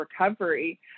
recovery